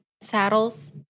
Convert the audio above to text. Saddles